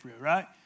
Right